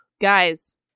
Guys